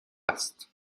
است